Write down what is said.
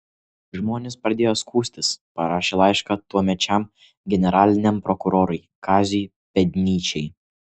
žmonės pradėjo skųstis parašė laišką tuomečiam generaliniam prokurorui kaziui pėdnyčiai